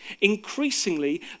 increasingly